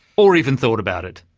or even thought about it.